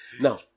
Now